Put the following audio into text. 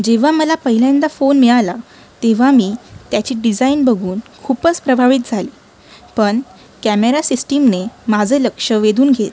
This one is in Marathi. जेव्हा मला पहिल्यांदा फोन मिळाला तेव्हा मी त्याची डिझाईन बघून खूपच प्रभावित झाले पण कॅमेरा सिस्टीमने माझं लक्ष वेधून घेतलं